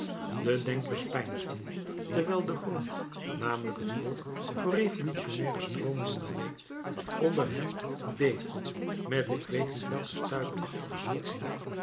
de denkers peinsden terwijl de grond namelijk het volk door revolutionnaire stroomingen doorweekt onder hen beefde met ik weet niet welke stuipachtige schokken